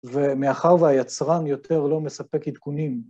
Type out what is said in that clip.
ומאחר והיצרן יותר לא מספק עדכונים.